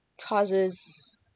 causes